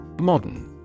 Modern